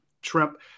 shrimp